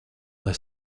lai